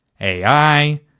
AI